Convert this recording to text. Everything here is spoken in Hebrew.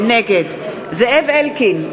נגד זאב אלקין,